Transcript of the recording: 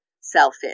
selfish